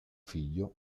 figlio